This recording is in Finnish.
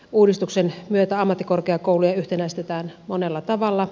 uudistuksen myötä ammattikorkeakouluja yhtenäistetään monella tavalla